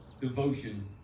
devotion